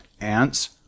Ants